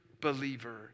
believer